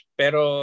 pero